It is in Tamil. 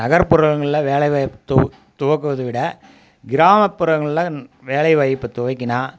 நகர்புறங்கள்ல வேலைவாய்ப்பு து துவக்குவது விட கிராமப்புறங்கள்ல வேலைவாய்ப்பு துவக்கினா